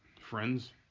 Friends